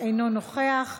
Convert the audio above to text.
אינו נוכח.